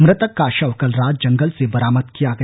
मृतक का शव कल रात जंगल से बरामद किया गया